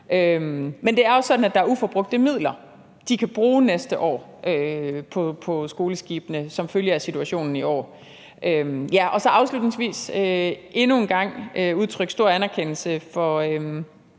Men det er jo sådan, at der er uforbrugte midler, de kan bruge næste år på skoleskibene, som følge af situationen i år. Afslutningsvis vil jeg endnu en gang udtrykke stor anerkendelse for